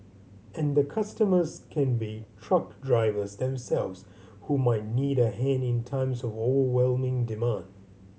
and the customers can be truck drivers themselves who might need a hand in times of overwhelming demand